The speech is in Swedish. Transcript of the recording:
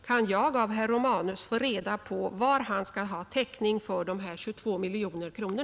Kan jag av herr Romanus få reda på hur han får täckning för dessa 22 miljoner kronor?